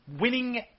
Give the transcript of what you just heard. winning